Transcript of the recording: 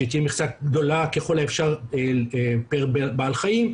שתהיה מכסה גדולה ככל האפשר פר בעל חיים,